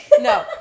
No